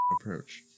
approach